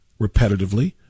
repetitively